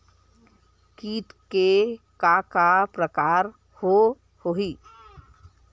कीट के का का प्रकार हो होही?